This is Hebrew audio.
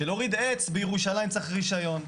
בשביל להוריד עץ בירושלים צריך רישיון.